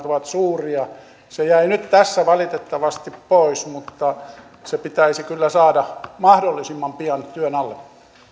ovat suuria se jäi nyt tässä valitettavasti pois mutta se pitäisi kyllä saada mahdollisimman pian työn alle